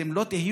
אתם לא תהיו,